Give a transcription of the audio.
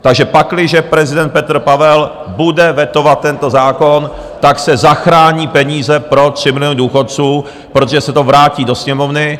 Takže pakliže prezident Petr Pavel bude vetovat tento zákon, tak se zachrání peníze pro 3 miliony důchodců, protože se to vrátí do Sněmovny.